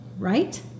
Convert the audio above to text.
Right